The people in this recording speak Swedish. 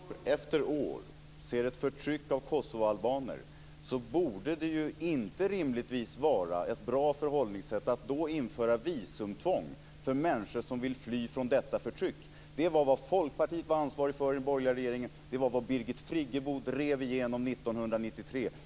Fru talman! År efter år har vi kunnat se förtrycket av kosovoalbaner. Då borde det rimligtvis inte vara ett bra förhållningssätt att införa visumtvång för människor som vill fly från det förtrycket. Folkpartiet var ansvarigt för det i den borgerliga regeringen. Birgit Friggebo drev igenom det 1993.